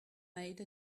made